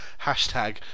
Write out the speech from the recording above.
Hashtag